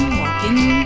walking